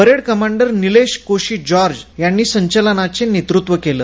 parade commander Nilesh Koshy George यांनी संचलनाचे नेतृत्व केलं